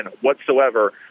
whatsoever